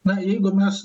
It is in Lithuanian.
na jeigu mes